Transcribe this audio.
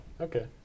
Okay